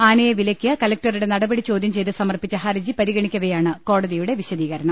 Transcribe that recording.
ആനയെ വിലക്കിയ കലക്ടറുടെ നടപടി ചോദ്യംചെയ്ത് സമർപ്പിച്ച ഹർജി പരിഗണിക്കവെയാണ് കോടതിയുടെ വിശദീകരണം